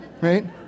right